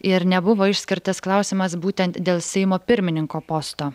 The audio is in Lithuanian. ir nebuvo išskirtas klausimas būtent dėl seimo pirmininko posto